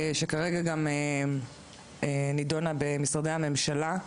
שכרגע גם נדונה במשרדי הממשלה,